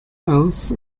aus